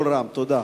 תודה.